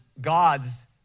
God's